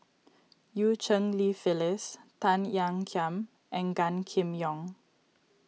Eu Cheng Li Phyllis Tan Ean Kiam and Gan Kim Yong